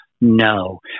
No